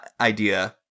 idea